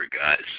guys